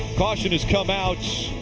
caution has come out.